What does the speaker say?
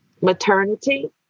maternity